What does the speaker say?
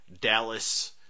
Dallas